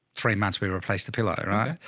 three months we replaced the pillow, right.